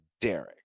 Derek